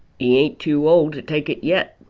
e ain't too old to take it yet,